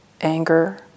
anger